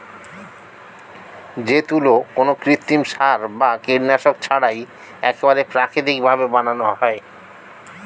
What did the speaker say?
যে তুলো কোনো কৃত্রিম সার বা কীটনাশক ছাড়াই একেবারে প্রাকৃতিক ভাবে বানানো হয়